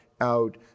out